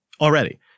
already